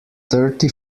thirty